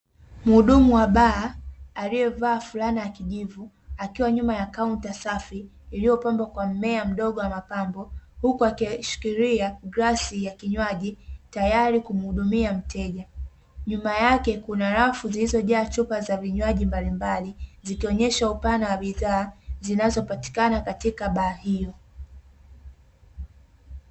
Muhudumu wa baa, alievaa flana ya kijivu akiwa nyuma ya kaunta safi iliyopambwa kwa mimea mdogo wa mapambo, huku akishikilia glasi ya kinywaji, tayari kwa kumuhudumia mteja, nyuma yake kuna rafu zilzojaa chupa za vinywaji mbalimbali zikionyesha upana wa bidhaa zinazopatuikana katika baa hiyo.